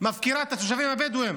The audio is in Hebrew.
מפקירה את התושבים הבדואים,